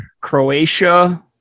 Croatia